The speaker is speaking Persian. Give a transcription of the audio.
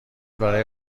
برای